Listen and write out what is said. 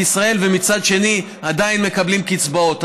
ישראל ומצד שני עדיין מקבלים קצבאות.